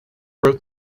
wrote